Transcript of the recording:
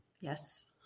yes